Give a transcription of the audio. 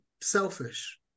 selfish